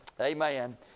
Amen